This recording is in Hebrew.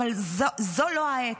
אבל זו לא העת.